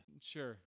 Sure